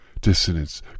Dissonance